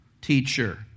teacher